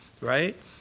Right